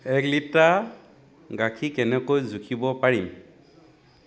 এক লিটাৰ গাখীৰ কেনেকৈ জুখিব পাৰিম